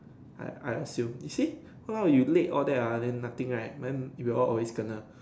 I I assume you see now you late all that ah then nothing right mine if you all always kena